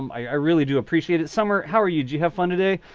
um i really do appreciate it, summer. how are you? you have fun today.